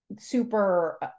super